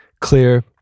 clear